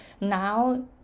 now